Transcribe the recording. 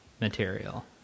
material